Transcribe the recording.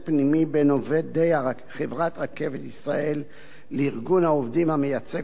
עובדי חברת "רכבת ישראל" לארגון העובדים המייצג אותם.